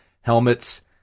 Helmets